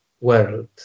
world